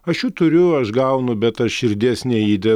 aš jų turiu aš gaunu bet aš širdies neįde